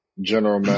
general